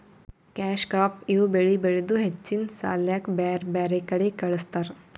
cash crop ಇವ್ ಬೆಳಿ ಬೆಳದು ಹೆಚ್ಚಿನ್ ಸಾಲ್ಯಾಕ್ ಬ್ಯಾರ್ ಬ್ಯಾರೆ ಕಡಿ ಕಳಸ್ತಾರ್